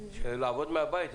שאפשר לעבוד מהבית.